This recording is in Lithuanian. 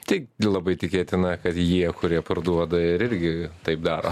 tik ir labai tikėtina kad jie kurie parduoda ir irgi taip daro